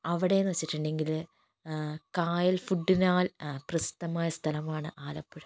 അവിടെയെന്നു വച്ചിട്ടുണ്ടെങ്കിൽ കായൽ ഫുഡിനാൽ പ്രസിദ്ധമായ സ്ഥലമാണ് ആലപ്പുഴ